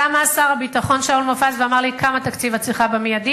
קם אז שר הביטחון שאול מופז ואמר לי: כמה תקציב את צריכה במיידי?